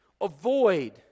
avoid